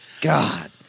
God